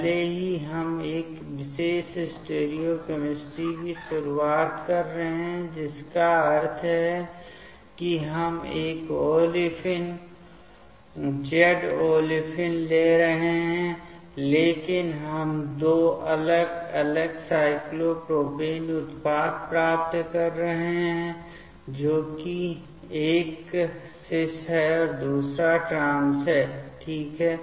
भले ही हम एक विशेष स्टीरियोकैमिस्ट्री से शुरू कर रहे हैं जिसका अर्थ है कि हम एक ओलेफिन जेड ओलेफिन ले रहे हैं लेकिन हम दो अलग अलग साइक्लोप्रोपेन उत्पाद प्राप्त कर रहे हैं जो कि एक सीआईएस है और दूसरा ट्रांस है ठीक है